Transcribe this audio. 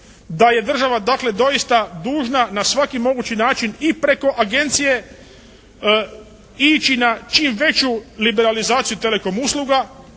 da je država dakle doista dužna na svaki mogući način i preko agencije ići na čim veću liberalizaciju Telekom usluga.